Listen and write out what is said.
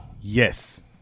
Yes